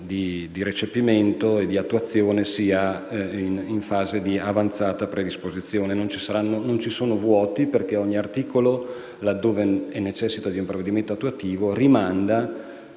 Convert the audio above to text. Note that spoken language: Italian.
di recepimento e di attuazione più importante è in fase di avanzata predisposizione. Non ci sono vuoti, perché ogni articolo, laddove necessiti di un provvedimento attuativo, rimanda